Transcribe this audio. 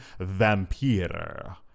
Vampire